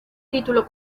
título